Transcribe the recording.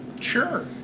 Sure